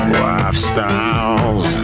lifestyles